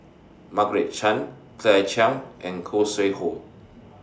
Margaret Chan Claire Chiang and Khoo Sui Hoe